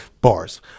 bars